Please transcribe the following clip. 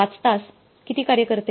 5 तास किती कार्य करते